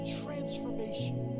transformation